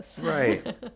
right